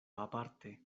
aparte